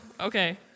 Okay